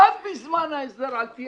גם בזמן ההסדר על-פי